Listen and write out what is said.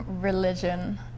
religion